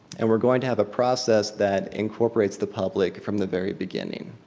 and we're going to have a process that incorporates the public from the very beginning.